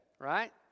right